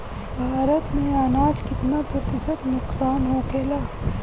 भारत में अनाज कितना प्रतिशत नुकसान होखेला?